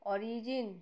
origin